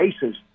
bases